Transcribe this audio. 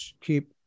keep